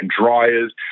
dryers